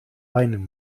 weinen